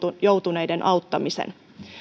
joutuneiden auttamisen